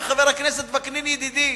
חבר הכנסת וקנין, ידידי,